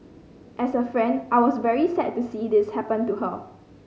as a friend I was very sad to see this happen to her